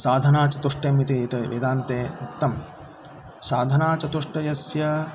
साधनाचतुष्टयम् इति यत् वेदान्ते उक्तं साधनाचतुष्टयस्य